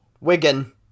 Wigan